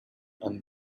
and